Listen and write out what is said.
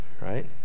right